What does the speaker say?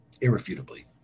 irrefutably